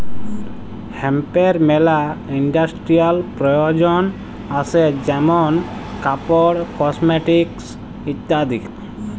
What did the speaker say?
হেম্পের মেলা ইন্ডাস্ট্রিয়াল প্রয়জন আসে যেমন কাপড়, কসমেটিকস ইত্যাদি